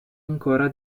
ancora